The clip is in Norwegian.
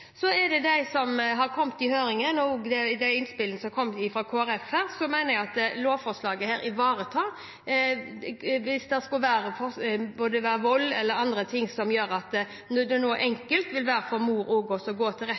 kommet i høringen, og også de innspillene som har kommet fra Kristelig Folkeparti, mener jeg at lovforslaget ivaretar – hvis det skulle være både vold og annet – at det vil være enkelt for mor å gå til retten